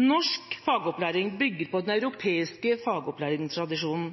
Norsk fagopplæring bygger på den europeiske fagopplæringstradisjonen,